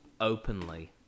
openly